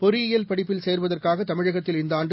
பொறியியல் படிப்பில் சேருவதற்காக தமிழகத்தில் இந்த ஆண்டு